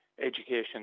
education